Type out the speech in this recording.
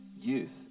youth